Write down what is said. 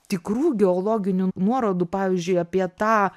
tikrų geologinių nuorodų pavyzdžiui apie tą